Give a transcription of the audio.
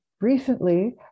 Recently